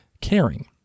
caring